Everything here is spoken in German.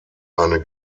eine